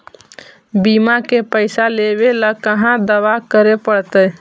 बिमा के पैसा लेबे ल कहा दावा करे पड़तै?